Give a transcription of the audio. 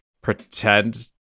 pretend